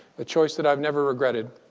the choice that i've never regretted.